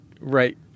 Right